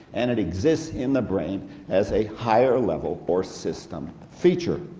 and it exists in the brain as a higher-level or system feature.